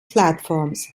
platforms